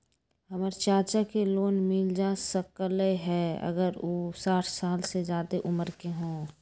हमर चाचा के लोन मिल जा सकलई ह अगर उ साठ साल से जादे उमर के हों?